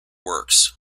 works